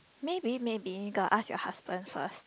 maybe maybe go ask your husband first